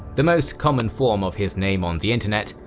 the most common form of his name on the internet,